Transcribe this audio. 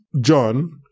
john